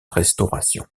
restauration